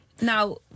Now